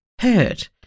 hurt